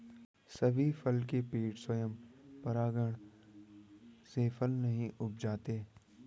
सभी फल के पेड़ स्वयं परागण से फल नहीं उपजाते